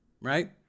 right